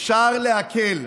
אפשר להקל,